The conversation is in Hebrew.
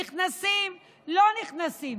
נכנסים, לא נכנסים,